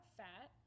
fat